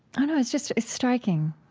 know, it's just it's striking.